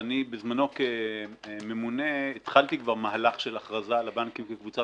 בזמנו כממונה התחלתי כבר מהלך של הכרזה על הבנקים כקבוצת